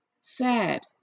sad